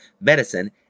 medicine